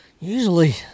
usually